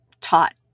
taught